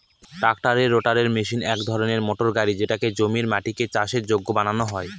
ট্রাক্টরের রোটাটার মেশিন এক ধরনের মোটর গাড়ি যেটাতে জমির মাটিকে চাষের যোগ্য বানানো হয়